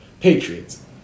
Patriots